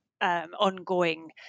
ongoing